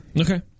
Okay